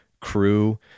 crew